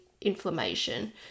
inflammation